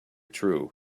true